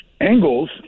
angles